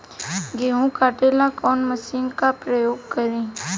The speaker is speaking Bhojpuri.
गेहूं काटे ला कवन मशीन का प्रयोग करी?